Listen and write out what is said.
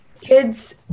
kids